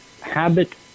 habit